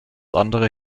andere